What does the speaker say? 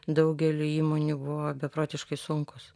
daugeliui įmonių buvo beprotiškai sunkūs